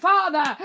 Father